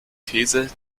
these